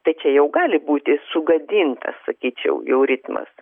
tai čia jau gali būti sugadinta sakyčiau jau ritmas